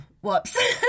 whoops